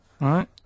Right